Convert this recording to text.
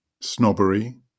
snobbery